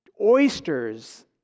oysters